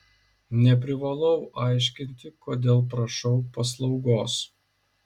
neprivalau aiškinti kodėl prašau paslaugos